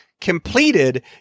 completed